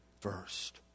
first